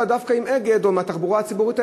דווקא עם "אגד" או עם התחבורה הציבורית,